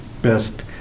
best